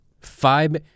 Five